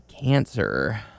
cancer